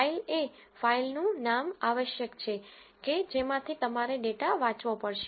file એ ફાઇલનું નામ આવશ્યક છે કે જેમાંથી તમારે ડેટા વાંચવો પડશે